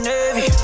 Navy